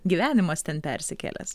gyvenimas ten persikėlęs